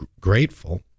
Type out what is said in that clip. grateful